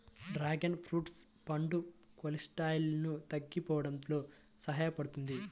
dragon fruit పండు కొలెస్ట్రాల్ను తగ్గించడంలో సహాయపడుతుంది